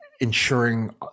ensuring